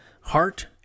heart